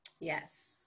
Yes